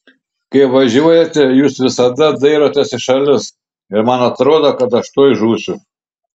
kai važiuojate jūs visada dairotės į šalis ir man atrodo kad aš tuoj žūsiu